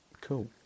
cool